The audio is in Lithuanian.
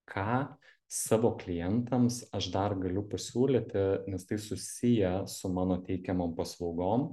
ką savo klientams aš dar galiu pasiūlyti nes tai susiję su mano teikiamom paslaugom